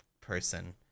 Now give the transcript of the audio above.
person